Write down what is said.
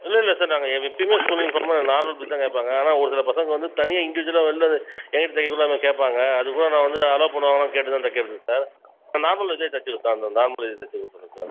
இல்லல்லை சார் நாங்கள் எப்போயுமே ஸ்கூல் யூனிஃபார்ம்னால் நார்மல் ஃபிட் தான் கேட்பாங்க ஆனால் ஒரு சில பசங்கள் வந்து தனியாக இன்டீஜுவலாக வெளில என்கிட்ட தைக்கிறவங்க கேட்பாங்க அதுக்கூட நான் வந்து அலோவ் பண்ணுவாங்களான்னு கேட்டுகிட்டு தான் தைக்கிறது சார் நான் நார்மல் இதே தைச்சு கொடுத்துறேன் சார் நார்மல் இதே தைச்சு கொடுத்துறேன் சார்